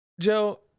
Joe